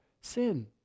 sin